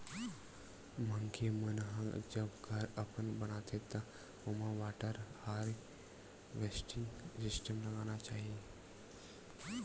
मनखे मन ह जब घर अपन बनाथे त ओमा वाटर हारवेस्टिंग सिस्टम लगाना चाही